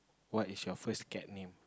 what is your first cat name